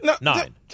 Nine